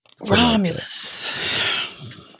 Romulus